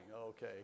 Okay